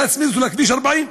להצמיד אותו לכביש 40,